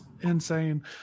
insane